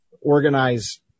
organize